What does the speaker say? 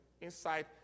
inside